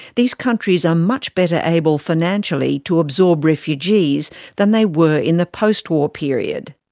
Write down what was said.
these countries are much better able financially to absorb refugees than they were in the post-war period.